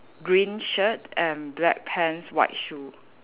green shirt and black pants white shoe